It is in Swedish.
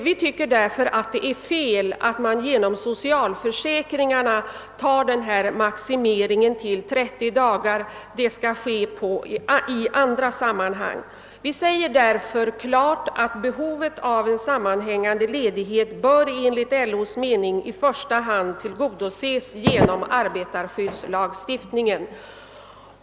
Vi tycker därför att det är fel att man genom socialförsäkringen fastställer denna maximering till 30 dagar. Vi säger klart i remissyttrandet att behovet av en sammanhängande ledighet enligt LO:s mening i första hand bör tillgodoses genom = arbetarskyddslagstiftningen.